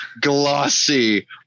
glossy